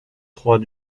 trois